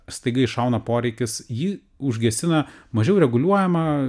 staiga iššauna poreikis jį užgesina mažiau reguliuojamą